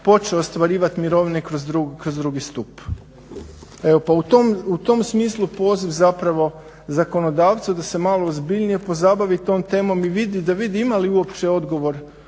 počeo ostvarivati mirovine kroz 2. stup. Evo, pa u tom smislu poziv zapravo zakonodavcu da se malo ozbiljnije pozabavi tom temom i da vidi ima li uopće odgovor